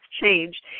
change